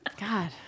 God